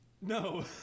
No